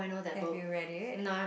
have you read it